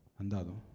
Andado